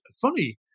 funny